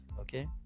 Okay